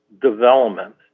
development